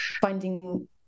finding